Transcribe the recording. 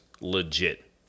legit